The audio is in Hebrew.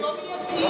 אנחנו לא מייבאים.